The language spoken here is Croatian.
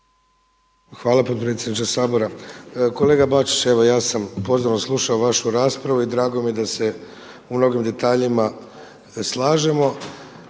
Hvala potpredsjedniče Sabora. Kolega Bačić, evo ja sam pozorno slušao vašu raspravu i drago mi je da se u mnogim detaljima slažemo.